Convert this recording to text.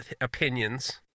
opinions